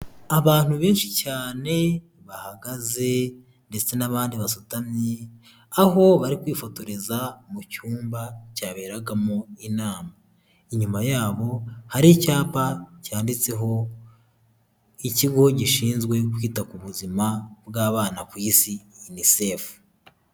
Abantu benshi cyane bahagaze ndetse n'abandi basutamye, aho bari kwifotoreza mu cyumba cyaberagamo inama, inyuma yabo hari icyapa cyanditseho ''ikigo gishinzwe kwita ku buzima bw'abana ku isi UNICEFU.''